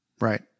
Right